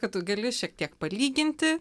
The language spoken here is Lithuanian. kad tu gali šiek tiek palyginti